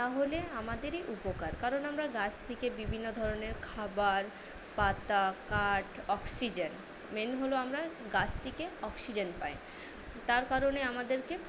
তাহলে আমাদেরই উপকার কারণ আমরা গাছ থেকে বিভিন্ন ধরনের খাবার পাতা কাঠ অক্সিজেন মেন হল আমরা গাছ থেকে অক্সিজেন পাই তার কারণে আমাদেরকে